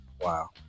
Wow